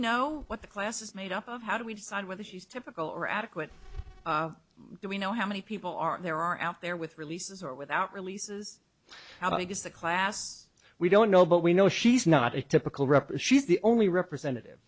know what the class is made up of how do we decide whether she's typical or adequate do we know how many people are there are out there with releases or without releases how big is the class we don't know but we know she's not a typical rep is the only representative